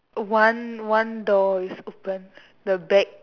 one one door is open the back